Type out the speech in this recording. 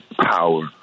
power